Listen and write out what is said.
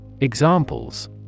Examples